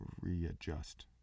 readjust